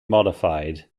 modified